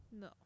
No